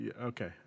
okay